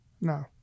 No